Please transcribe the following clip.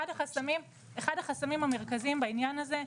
אחד החסמים המרכזיים בעניין הזה,